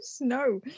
No